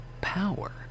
power